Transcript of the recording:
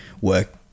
work